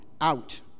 Out